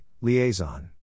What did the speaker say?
Liaison